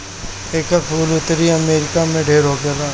एकर फूल उत्तरी अमेरिका में ढेर होखेला